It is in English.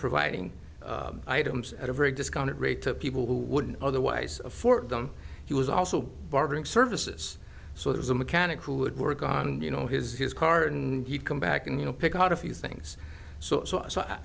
providing items at a very discounted rate to people who wouldn't otherwise afford them he was also bargaining services so there's a mechanic who would work on you know his his cart and he'd come back and you know pick out a few things so so so